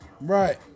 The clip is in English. Right